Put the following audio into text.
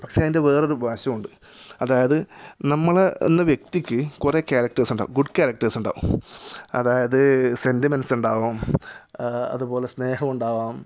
പക്ഷേ അതിൻ്റെ വേറൊരു വശമുണ്ട് അതായത് നമ്മൾ എന്ന വ്യക്തിക്ക് കുറേ ക്യാരക്ടർസ് ഉണ്ടാകും ഗുഡ് ക്യാരക്ടർസ് ഉണ്ടാകും അതായത് സെൻറ്റിമെൻസ് ഉണ്ടാകും അതുപോലെ സ്നേഹം ഉണ്ടാകാം